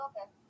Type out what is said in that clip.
Okay